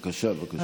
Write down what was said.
מסכים לגמרי.